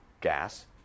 gas